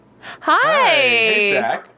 hi